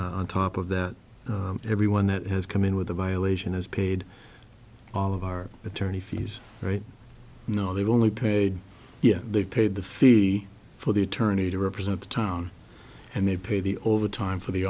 on top of that everyone that has come in with a violation has paid all of our attorney fees right no they've only paid yet they paid the fee for the attorney to represent the town and they pay the overtime for the